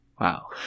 Wow